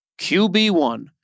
QB1